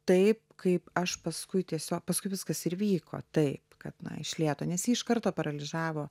taip kaip aš paskui tiesiog paskui viskas ir vyko taip kad na iš lėto nes jį iš karto paralyžavo